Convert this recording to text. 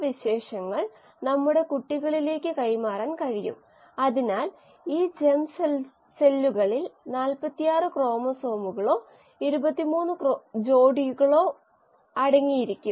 മികച്ചതാക്കാൻ പ്രതീക്ഷിക്കുന്ന സംഖ്യകളെക്കുറിച്ച് മികച്ച ആശയം നേടുന്നതിന് അനുഭവം എല്ലായ്പ്പോഴും നമ്മളെ സഹായിക്കുന്നു നമ്മൾ ഒരു ബയോ റിയാക്ടറെ നോക്കുമ്പോൾ 7500 മണിക്കൂർ പോലും അല്പം വിചിത്രമായി തോന്നുന്നു